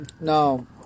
No